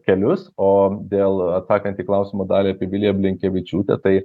kelius o dėl atsakant į klausimo dalį apie viliją blinkevičiūtę tai